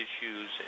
issues